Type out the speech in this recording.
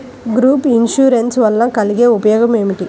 Group insurance వలన కలిగే ఉపయోగమేమిటీ?